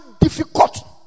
difficult